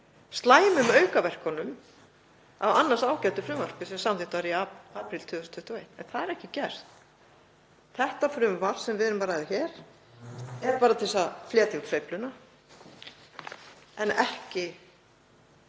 slæmum aukaverkunum á annars ágætu frumvarpi sem samþykkt var í apríl 2021, en það er ekki gert. Þetta frumvarp sem við ræðum hér er bara til þess að fletja út sveifluna en ekki